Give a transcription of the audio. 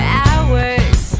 hours